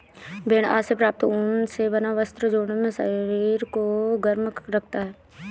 भेड़ आदि से प्राप्त ऊन से बना वस्त्र जाड़े में शरीर को गर्म रखता है